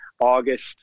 August